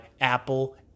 Apple